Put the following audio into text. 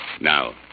Now